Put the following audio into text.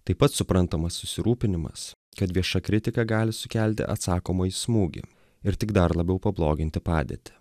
taip pat suprantamas susirūpinimas kad vieša kritika gali sukelti atsakomąjį smūgį ir tik dar labiau pabloginti padėtį